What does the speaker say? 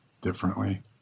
differently